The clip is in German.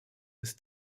ist